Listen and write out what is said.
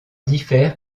diffère